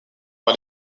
par